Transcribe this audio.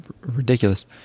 ridiculous